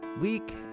week